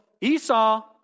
Esau